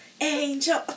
Angel